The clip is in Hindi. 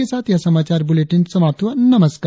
इसी के साथ यह समाचार बुलेटिन समाप्त हुआ नमस्कार